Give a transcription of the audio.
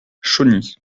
chauny